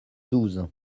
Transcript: douze